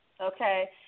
okay